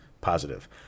positive